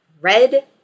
red